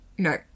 No